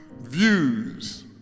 views